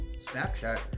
Snapchat